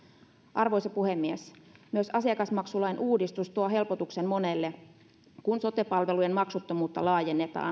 arvoisa puhemies myös asiakasmaksulain uudistus tuo helpotuksen monelle kun sote palveluiden maksuttomuutta laajennetaan